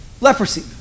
leprosy